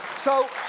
so,